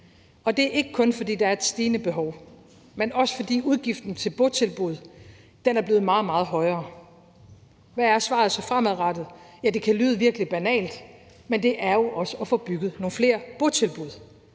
og det er ikke kun, fordi der er et stigende behov, men også, fordi udgiften til botilbud er blevet meget, meget højere. Hvad er svaret så fremadrettet? Ja, det kan lyde virkelig banalt, men det er jo også at få bygget nogle flere botilbud,